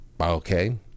Okay